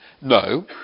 No